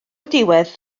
diwedd